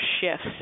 shifts